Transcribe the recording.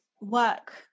work